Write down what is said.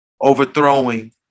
overthrowing